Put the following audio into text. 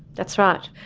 that's right.